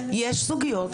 יש סוגיות,